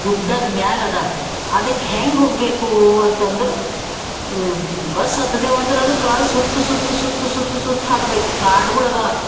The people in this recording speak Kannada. ಗುಡ್ಡದ ಮೇಲದ ಅದಕ್ಕೆ ಹೆಂಗೆ ಹೋಗಬೇಕು ಅಂತಂದ್ರೆ ಬಸ್ ಹತ್ದೇವಂದ್ರೆ ಅದಕ್ಕ ಸುತ್ತಿ ಸುತ್ತಿ ಸುತ್ತಿ ಸುತ್ತಿ ಸುತ್ತಾಕ್ಬೇಕು ಕಾಡ್ಗಳು ಅವ